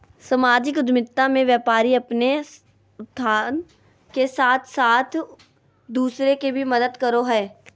सामाजिक उद्द्मिता मे व्यापारी अपने उत्थान के साथ साथ दूसर के भी मदद करो हय